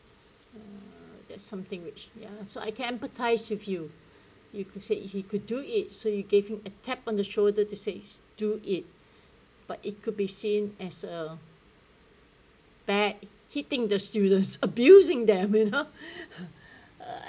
uh there's something which ya so I can't empathise with you you could say he could do it so you gave him a tap on the shoulder to say do it but it could be seen as a bad hitting the students abusing them you know